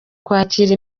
kwakira